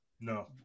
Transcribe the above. No